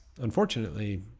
unfortunately